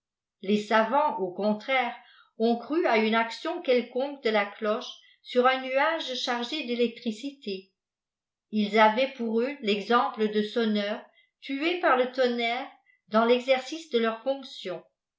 les savante au contraire ont cru à une action quelconque de la cloche sur un nuage chargé d'ectricité ils avaient pour eux texemple de sonneurs tués par le tonnerre dans texercice de leurs fonctions